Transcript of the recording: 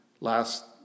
last